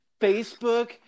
Facebook